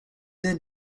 then